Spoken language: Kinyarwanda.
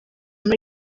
muri